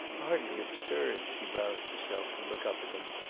hardly absurd, she roused herself to look up at him.